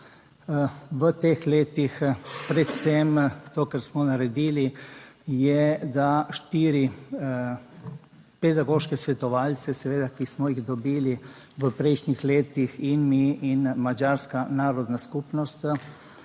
V teh letih predvsem to, kar smo naredili, je, da štiri pedagoške svetovalce seveda, ki smo jih dobili v prejšnjih letih in mi in madžarska narodna skupnost